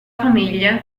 famiglia